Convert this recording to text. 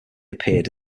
appeared